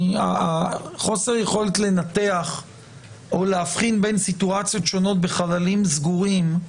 חוסר היכולת לנתח או להבחין בין סיטואציות שונות בחללים סגורים,